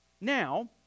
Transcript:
Now